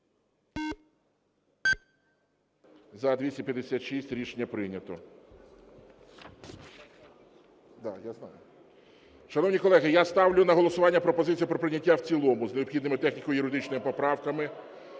За-256 Рішення прийнято. Шановні колеги, я ставлю на голосування пропозицію про прийняття в цілому, з необхідними техніко-юридичними поправками,